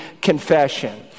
confession